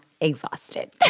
exhausted